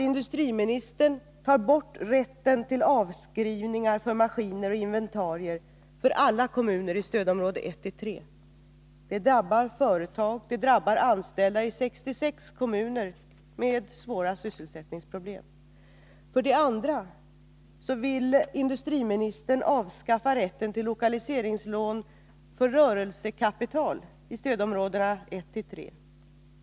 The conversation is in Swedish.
Industriministern tar bort rätten till avskrivningar för maskiner och inventarier för alla kommuner i stödområdena 1-3. Det drabbar företag och anställda i 66 kommuner med svåra ttningsproblem. Industriministern vill dessutom avskaffa rätten till lokaliseringslån för rörelsekapital i stödområdena 1-3.